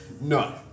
No